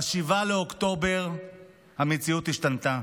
ב-7 באוקטובר המציאות השתנתה.